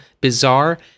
bizarre